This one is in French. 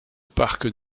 parc